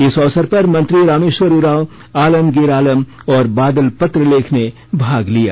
इस अवसर पर मंत्री रामेश्वर उरांव आलमगीर आलम और बादल पत्रलेख ने भाग लिया